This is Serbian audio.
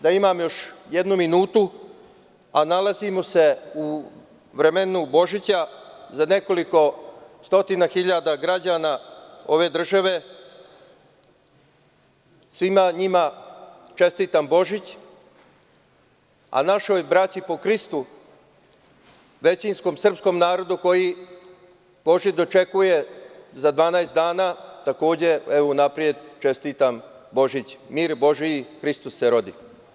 S obzirom da imam još jednu minutu, a nalazimo se u vremenu Božića, za nekoliko stotina hiljada građana ove države, svima njima čestitam Božić, a našoj braći po Hristu, većinskom srpskom narodu koji Božić dočekuje za 12 dana, unapred čestitam Božić – Mir Božiji, Hristos se rodi.